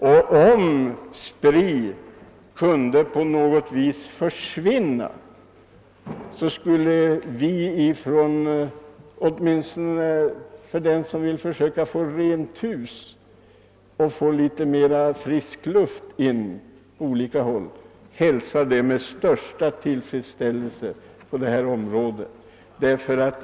Om SPRI på något sätt kunde försvinna, skulle åtminstone den som vill försöka få rent hus och få litet mera frisk luft in på olika håll, hälsa det med den största tillfredsställelse.